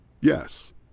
Yes